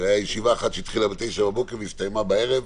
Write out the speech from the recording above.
הייתה ישיבה אחת שהתחילה ב-09:00 והסתיימה בערב.